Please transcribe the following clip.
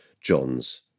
John's